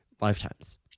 lifetimes